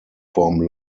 form